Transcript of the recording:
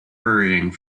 hurrying